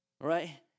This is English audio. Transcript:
Right